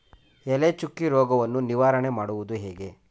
ಎಲೆ ಚುಕ್ಕಿ ರೋಗವನ್ನು ನಿವಾರಣೆ ಮಾಡುವುದು ಹೇಗೆ?